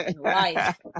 life